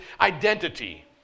identity